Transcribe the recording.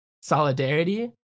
solidarity